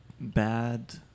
bad